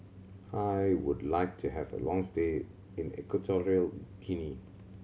I would like to have a long stay in Equatorial Guinea